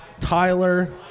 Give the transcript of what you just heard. tyler